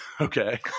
Okay